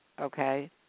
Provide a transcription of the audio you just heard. okay